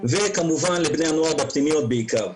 וכמובן לבני הנוער בפנימיות בעיקר.